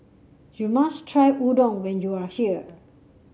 you must try Udon when you are here